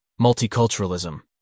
multiculturalism